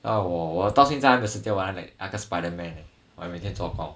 那我我到现在还没有时间玩 eh 那个 spider man eh 我每天做工